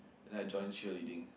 then I join cheerleading